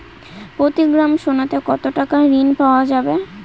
প্রতি গ্রাম সোনাতে কত টাকা ঋণ পাওয়া যাবে?